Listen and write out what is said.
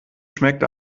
schmeckt